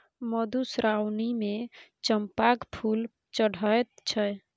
मधुश्रावणीमे चंपाक फूल चढ़ैत छै